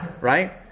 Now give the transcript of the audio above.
right